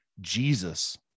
Jesus